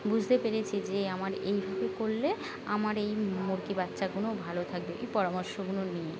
বুঝতে পেরেছি যে আমার এইভাবে করলে আমার এই মুরগি বাচ্চাগুলো ভালো থাকবে এই পরামর্শগুলো নিয়ে